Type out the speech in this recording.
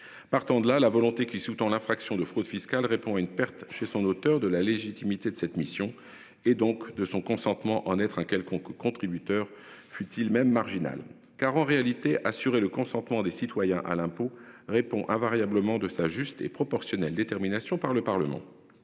Partant de là, la volonté qui sous-tend l'infraction de fraude fiscale répond à une perte chez son auteur de la légitimité de cette mission et donc de son consentement en être un quelconque contributeurs futiles même marginale car en réalité, assurer le consentement des citoyens à l'impôt répond invariablement de sa juste et proportionnelle détermination par le Parlement.